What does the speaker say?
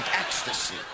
ecstasy